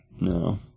No